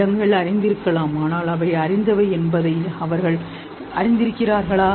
விலங்குகள் அறிந்திருக்கலாம் ஆனால் அவை அறிந்தவை என்பதை அவர்கள் அறிந்திருக்கிறார்களா